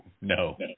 No